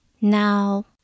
Now